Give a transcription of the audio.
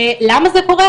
למה זה קורה,